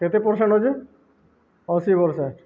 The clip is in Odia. କେତେ ପରସେଣ୍ଟ ଅଛି ଅଶୀ ପରସେଣ୍ଟ